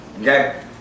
okay